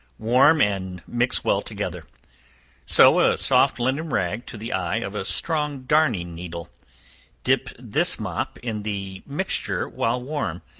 warm and mix well together sew a soft linen rag to the eye of a strong darning needle dip this mop in the mixture while warm,